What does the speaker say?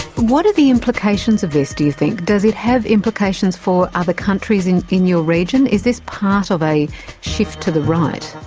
what are the implications of this, do you think does it have implications for other countries in in your region? is this part of a shift to the right?